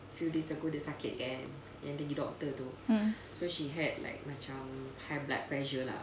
mmhmm